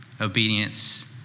Obedience